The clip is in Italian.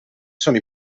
sono